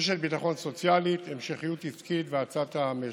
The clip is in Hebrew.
רשת ביטחון סוציאלית, המשכיות עסקית והאצת המשק.